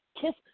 kiss